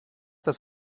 das